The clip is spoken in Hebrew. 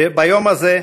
ביום הזה,